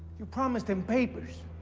you promised him papers.